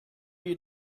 you